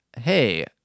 hey